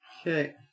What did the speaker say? Okay